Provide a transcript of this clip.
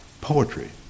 poetry